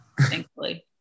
Thankfully